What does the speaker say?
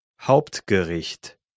Hauptgericht